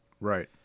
Right